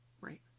Right